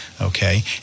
Okay